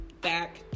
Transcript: back